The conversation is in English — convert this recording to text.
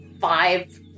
five